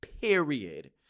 Period